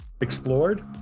explored